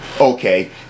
Okay